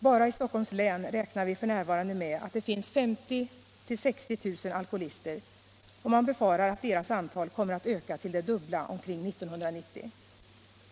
Bara i Stockholms län räknar vi f. n. med att det finns 50 000-60 000 alkoholister, och man befarar att deras antal kommer att öka till det dubbla till 1990.